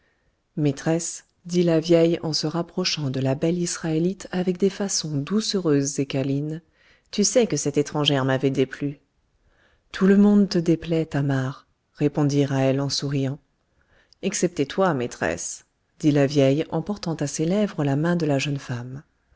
maîtresse dit la vieille en se rapprochant de la belle israélite avec des façons doucereuses et câlines tu sais que cette étrangère m'avait déplu tout le monde te déplaît thamar répondit ra'hel en souriant excepté toi maîtresse dit la vieille en portant à ses lèvres la main de la jeune femme